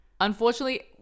unfortunately